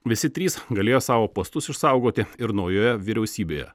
visi trys galėjo savo postus išsaugoti ir naujoje vyriausybėje